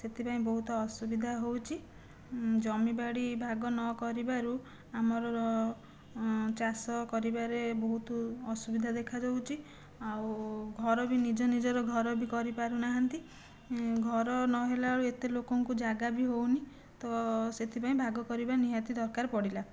ସେଥିପାଇଁ ବହୁତ ଅସୁବିଧା ହେଉଛି ଜମିବାଡ଼ି ଭାଗ ନକରିବାରୁ ଆମର ଚାଷ କରିବାରେ ବହୁତ ଅସୁବିଧା ଦେଖାଯାଉଛି ଆଉ ଘର ବି ନିଜ ନିଜର ଘର ବି କରିପାରୁନାହାନ୍ତି ଘର ନହେଲାବେଳୁ ଏତେ ଲୋକଙ୍କୁ ଜାଗା ବି ହେଉନାହିଁ ତ ସେଥିପାଇଁ ଭାଗ କରିବା ନିହାତି ଦରକାର ପଡ଼ିଲା